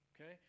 okay